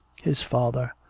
his father,